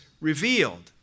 revealed